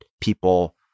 people